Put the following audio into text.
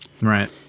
Right